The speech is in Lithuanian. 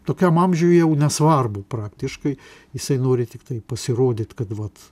tokiam amžiui jau nesvarbu praktiškai jisai nori tiktai pasirodyt kad vat